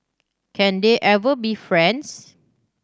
can they ever be friends